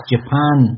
Japan